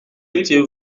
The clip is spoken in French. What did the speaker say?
étiez